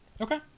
Okay